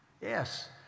Yes